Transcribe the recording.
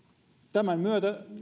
tämän myötä